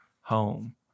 home